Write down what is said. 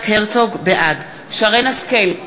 בעד שרן השכל,